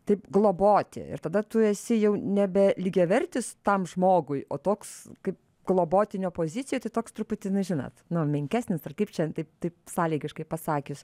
taip globoti ir tada tu esi jau nebe lygiavertis tam žmogui o toks kaip globotinio pozicijoj tai toks truputį na žinot nu menkesnis ar kaip čia taip taip sąlygiškai pasakius